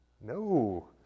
no